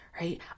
Right